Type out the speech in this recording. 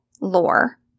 lore